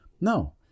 No